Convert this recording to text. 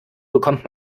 bekommt